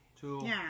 Two